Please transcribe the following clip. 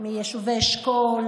אתם בושה.